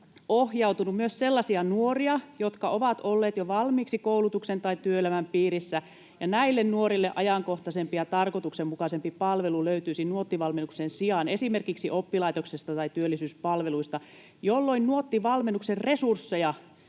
ohjautunut myös sellaisia nuoria, jotka ovat olleet jo valmiiksi koulutuksen tai työelämän piirissä, ja näille nuorille ajankohtaisempi ja tarkoituksenmukaisempi palvelu löytyisi Nuotti-valmennuksen sijaan esimerkiksi oppilaitoksesta tai työllisyyspalveluista, jolloin Nuotti-valmennuksen resursseja